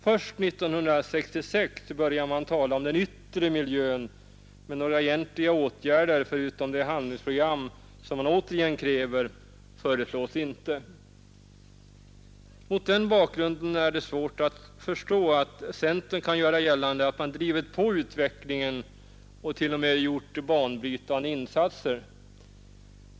Först år 1966 börjar man tala om den yttre miljön, men några egentliga åtgärder förutom det handlingsprogram som man återigen kräver föreslås inte. Mot den bakgrunden är det svårt att förstå att centern kan hävda att man drivit på utvecklingen och t.o.m. gjort banbrytande insatser.